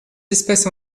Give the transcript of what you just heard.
espèces